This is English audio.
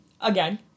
again